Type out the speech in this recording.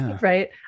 right